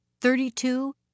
thirty-two